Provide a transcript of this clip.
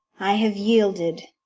i have yielded.